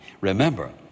Remember